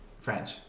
French